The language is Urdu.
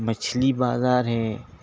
مچھلی بازار ہے